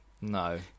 No